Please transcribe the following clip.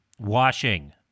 washing